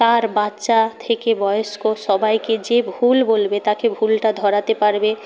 তার বাচ্চা থেকে বয়স্ক সবাইকে যে ভুল বলবে তাকে ভুলটা ধরাতে পারবে